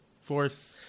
Force